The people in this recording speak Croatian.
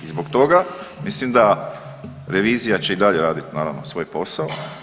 I zbog toga mislim da revizija će i dalje raditi naravno svoj posao.